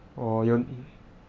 oh 有